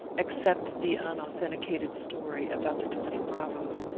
except the unauthenticated story about the twenty bravoes,